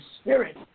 Spirit